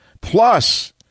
Plus